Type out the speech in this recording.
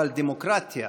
אבל הדמוקרטיה